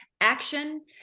action